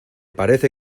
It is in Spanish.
parece